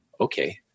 okay